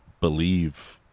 believe